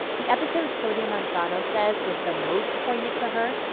the episode sonia manzano says was the most poignant for her.